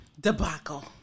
debacle